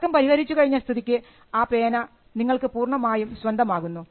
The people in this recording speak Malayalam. തർക്കം പരിഹരിച്ചു കഴിഞ്ഞ സ്ഥിതിക്ക് ആ പേന നിങ്ങൾക്ക് പൂർണ്ണമായും സ്വന്തമാകുന്നു